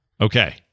Okay